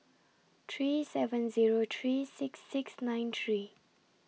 three seven Zero three six six nine three